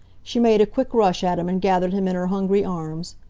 she made a quick rush at him and gathered him in her hungry arms.